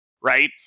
right